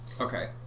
Okay